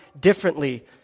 differently